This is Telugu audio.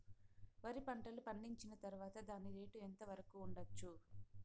వరి పంటలు పండించిన తర్వాత దాని రేటు ఎంత వరకు ఉండచ్చు